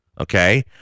Okay